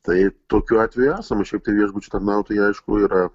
tai tokių atvejų esama šiaip tai viešbučių tarnautojai aišku yra